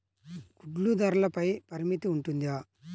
గుడ్లు ధరల పై పరిమితి ఉంటుందా?